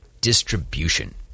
distribution